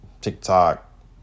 TikTok